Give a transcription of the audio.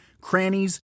crannies